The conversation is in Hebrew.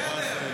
בסדר.